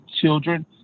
children